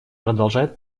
продолжает